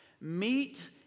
meet